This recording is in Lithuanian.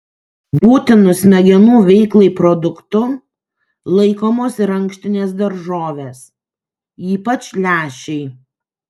būtinu smegenų veiklai produktu laikomos ir ankštinės daržovės ypač lęšiai